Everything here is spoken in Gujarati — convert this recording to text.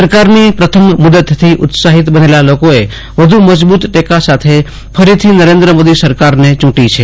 સરકારની પ્રથમ મુદ્દતથી ઉત્સાહિત બનેલા લોકોએ વધુ મજબૂત ટેકા સાથે ફરીથી નરેન્દ્ર મોદી સરકારને ચૂંટી છે